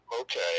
okay